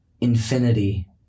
infinity